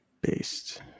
Based